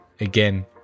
Again